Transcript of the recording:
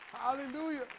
Hallelujah